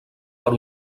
per